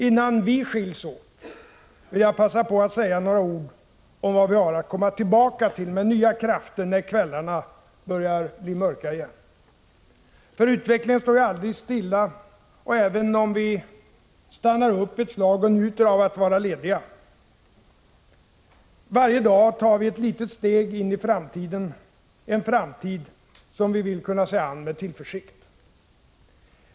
Innan vi skiljs åt vill jag passa på att säga några ord om vad vi har att komma tillbaka till med nya krafter när kvällarna börjar bli mörka igen. För utvecklingen står ju aldrig stilla, även om vi stannar upp ett slag och njuter av att vara lediga. Varje dag tar vi ett litet steg in i framtiden, en framtid som vi vill kunna se an med tillförsikt.